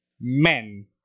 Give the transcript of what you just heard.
Men